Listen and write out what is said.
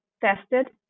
tested